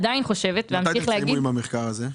מתי תסיימו את המחקר הזה?